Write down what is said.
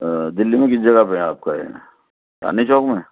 دلّی میں کس جگہ پہ ہے آپ کا یہ چاندنی چوک میں